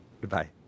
Goodbye